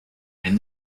and